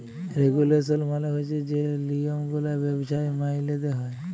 regulation মালে হছে যে লিয়মগুলা ব্যবছায় মাইলতে হ্যয়